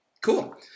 Cool